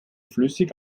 flüssig